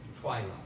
Twilight